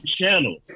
Channel